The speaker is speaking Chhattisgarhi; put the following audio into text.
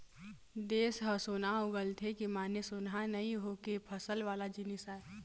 देस ह सोना उगलथे के माने सोनहा नइ होके फसल वाला जिनिस आय